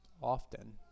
often